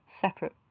separate